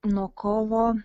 nuo kovo